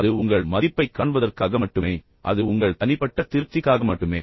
அது உங்கள் மதிப்பைக் காண்பதற்காக மட்டுமே அது உங்கள் தனிப்பட்ட திருப்திக்காக மட்டுமே